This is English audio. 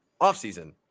offseason